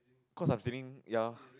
because I'm sitting ya